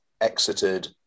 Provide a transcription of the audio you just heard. exited